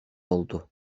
oldu